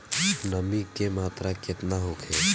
नमी के मात्रा केतना होखे?